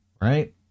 Right